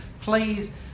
Please